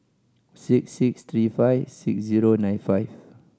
six six three five six zero nine five